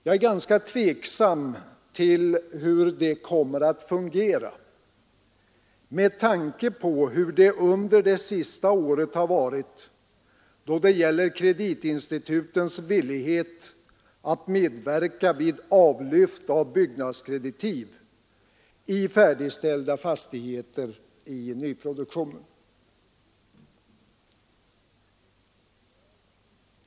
Jag är ganska tveksam inför hur detta kommer att fungera med tanke på hur det under det senaste året har varit då det gäller kreditinstitutens villighet att medverka vid avlyft av byggnadskreditiv i färdigställda fastigheter inom nyproduktionen.